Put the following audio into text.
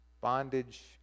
bondage